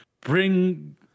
bring